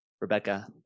Rebecca